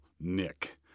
nick